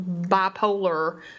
bipolar